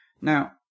Now